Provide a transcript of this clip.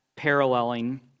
Paralleling